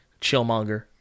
Chillmonger